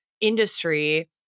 industry